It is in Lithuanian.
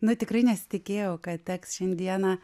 na tikrai nesitikėjau kad teks šiandieną